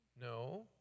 No